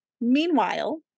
Meanwhile